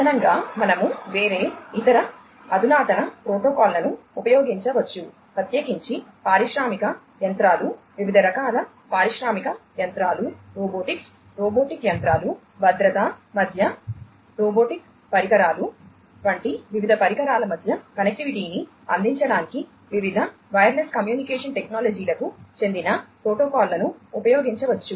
అదనంగా మనము వేరే ఇతర అధునాతన ప్రోటోకాల్లను ఉపయోగించవచ్చు ప్రత్యేకించి పారిశ్రామిక యంత్రాలు వివిధ రకాల పారిశ్రామిక యంత్రాలు రోబోటిక్స్ రోబోటిక్ యంత్రాలు భద్రత మధ్య రోబోటిక్ పరికరాలు వంటి వివిధ పరికరాల మధ్య కనెక్టివిటీని అందించడానికి వివిధ వైర్లెస్ కమ్యూనికేషన్ టెక్నాలజీలకు చెందిన ప్రోటోకాల్లను ఉపయోగించవచ్చు